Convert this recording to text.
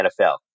NFL